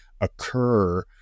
occur